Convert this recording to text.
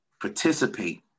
Participate